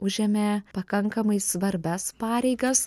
užėmė pakankamai svarbias pareigas